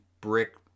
brick